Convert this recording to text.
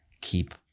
keep